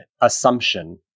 assumption